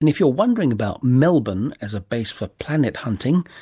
and if you're wondering about melbourne as a base for planet hunting,